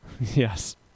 Yes